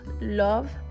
love